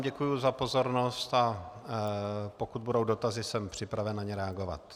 Děkuji vám za pozornost, a pokud budou dotazy, jsem připraven na ně reagovat.